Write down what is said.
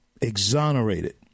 exonerated